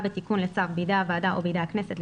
בתיקון לצו בידי הוועדה או בידי הכנסת,